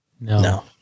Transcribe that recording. No